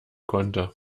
konnte